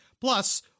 Plus